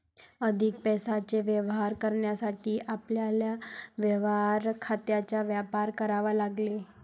अधिक पैशाचे व्यवहार करण्यासाठी आपल्याला व्यवहार खात्यांचा वापर करावा लागेल